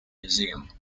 museum